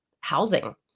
Housing